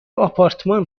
آپارتمان